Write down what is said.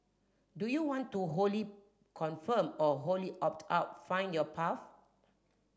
do you want to wholly conform or wholly opt out find your path